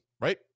right